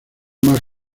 más